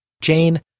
Jane